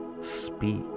speak